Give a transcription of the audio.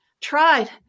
tried